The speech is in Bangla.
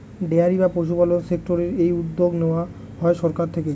ডেয়ারি বা পশুপালন সেক্টরের এই উদ্যোগ নেওয়া হয় সরকারের থেকে